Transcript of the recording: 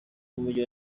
n’umujyi